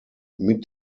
mit